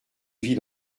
vie